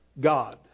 God